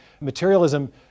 materialism